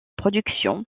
productions